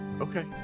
Okay